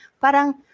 parang